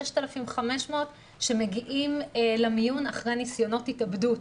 6,500 שמגיעים למיון אחרי ניסיונות התאבדות.